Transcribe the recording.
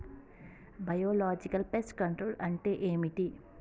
Biological pest control అంటే ఏమిటి?